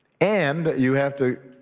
and you have to,